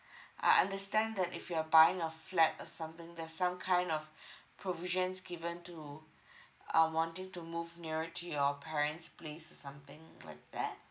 I understand that if you're buying a flat or something there's some kind of provisions given to um wanting to move nearer to your parent's place or something like that